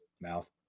mouth